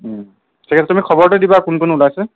ঠিক আছে তুমি খবৰটো দিবা কোন কোন ওলাইছে